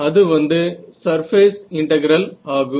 அது வந்து surface integral ஆகும்